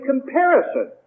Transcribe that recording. comparison